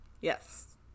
Yes